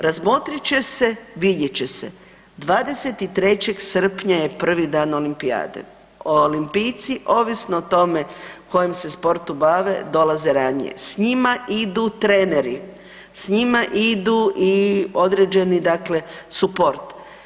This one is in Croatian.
Razmotrit će se, vidjet će se, 23. srpnja je prvi dan olimpijade, olimpijci ovisno o tome kojim se sportom bave dolaze ranije, s njima idu treneru, s njima idu i određeni dakle suport.